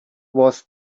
was